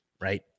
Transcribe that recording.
right